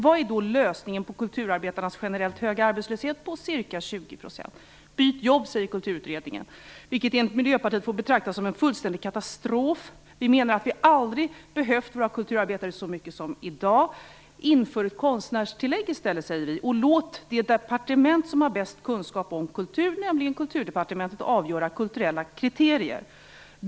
Vad är då lösningen på kulturarbetarnas generellt höga arbetslöshet på ca 20 %? Byt jobb!, säger Kulturutredningen. Det får enligt Miljöpartiet betraktas som en fullständig katastrof. Vi menar att vi aldrig har behövt våra kulturarbetare så mycket som i dag. Inför ett konstnärstillägg i stället, säger vi. Låt det departement som har bäst kunskap om kultur, nämligen Kulturdepartementet, avgöra kulturella kriterier.